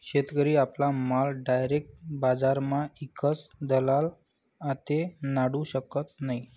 शेतकरी आपला माल डायरेक बजारमा ईकस दलाल आते नाडू शकत नै